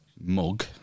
Mug